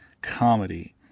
comedy